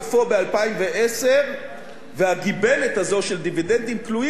והגיבנת הזו של דיבידנדים כלואים זו גיבנת מהעבר.